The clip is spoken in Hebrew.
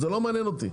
זה לא מעניין אותי.